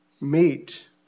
meet